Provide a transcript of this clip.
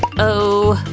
oh,